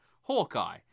Hawkeye